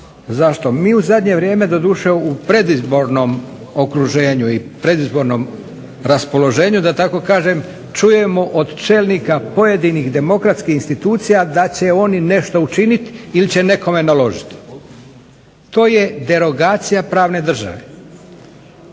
Zašto? Mi u zadnje vrijeme doduše u predizbornom okruženju i predizbornom raspoloženju da tako kažem, čujemo od čelnika pojedinih demokratskih institucija da će oni nešto učiniti ili će nekome naložiti. To je derogacija pravne države,